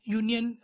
union